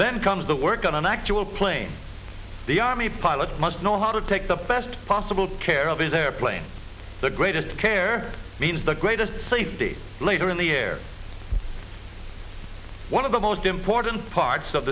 then comes the work on an actual plane the army pilot must know how to take the best possible care of his airplane the greatest care means the greatest safety later in the air one of the most important parts of